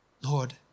Lord